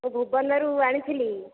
ମୁଁ ଭୁବନରୁ ଆଣିଥିଲି